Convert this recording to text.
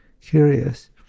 curious